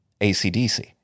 ACDC